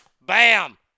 Bam